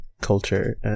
culture